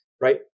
right